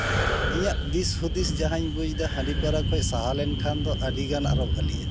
ᱤᱧᱟᱹᱜ ᱫᱤᱥ ᱦᱩᱫᱤᱥ ᱡᱟᱦᱟᱧ ᱵᱩᱡᱫᱟ ᱦᱟᱺᱰᱤ ᱯᱟᱹᱣᱨᱟᱹ ᱠᱷᱚᱡ ᱥᱟᱦᱟ ᱞᱮᱱᱠᱷᱟᱱ ᱫᱚ ᱟᱹᱰᱤᱜᱟᱱ ᱟᱨᱚ ᱵᱷᱟᱹᱞᱤᱜᱼᱟ